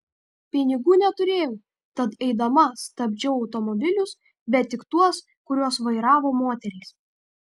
pinigų neturėjau tad eidama stabdžiau automobilius bet tik tuos kuriuos vairavo moterys